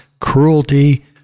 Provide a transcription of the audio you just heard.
Cruelty